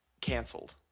canceled